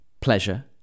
pleasure